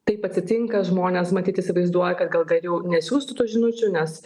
taip atsitinka žmonės matyt įsivaizduoja kad gal geriau nesiųsti tų žinučių nes